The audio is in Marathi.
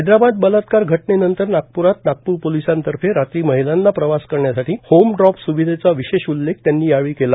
हैदराबाद बलात्कार घटनेनंतर नागप्रात नागपूर पोलिसांतर्फे रात्री महिलांना प्रवास करण्यासाठी होम ड्रॉप स्विधेचा विशेष उल्लेख त्यांनी यावेळी केला